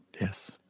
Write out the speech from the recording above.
yes